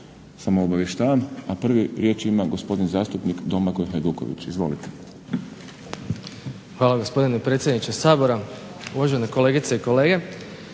Samo obavještavam, a prvi riječ ima gospodin zastupnik Domagoj Hajduković. Izvolite. **Hajduković, Domagoj (SDP)** Hvala gospodine predsjedniče Sabora, uvažene kolegice i kolege.